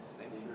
thanks